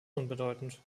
unbedeutend